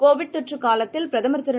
Covid தொற்றுகாலத்தில் பிரதமர் திரு